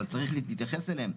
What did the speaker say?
אבל צריך להתייחס אליהם.